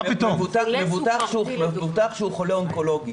חולה, מבוטח שהוא חולה אונקולוגי